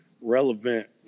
relevant